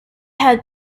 had